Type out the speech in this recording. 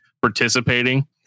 participating